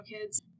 kids